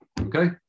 Okay